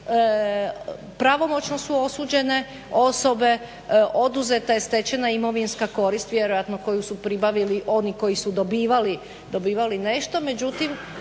Pravomoćno su osuđene osobe, oduzeta je stečena imovinska korist vjerojatno koju su pribavili oni koji su dobivali nešto. Međutim,